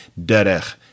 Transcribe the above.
derech